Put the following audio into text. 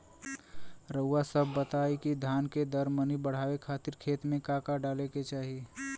रउआ सभ बताई कि धान के दर मनी बड़ावे खातिर खेत में का का डाले के चाही?